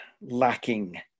lacking